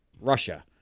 Russia